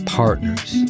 partners